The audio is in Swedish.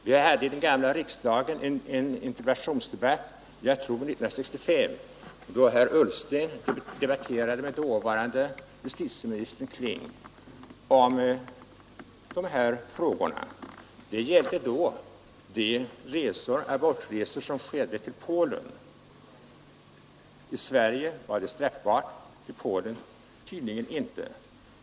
Det förekom i den gamla riksdagen en interpellationsdebatt — jag tror det var 1965 — när herr Ullsten debatterade med dåvarande justitieministern Kling om de abortresor som skedde till Polen. I Sverige var dessa aborter straffbara, i Polen tydligen inte.